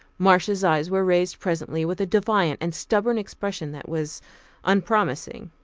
marcia's eyes were raised presently with a defiant and stubborn expression that was unpromising.